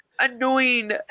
Annoying